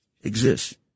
exists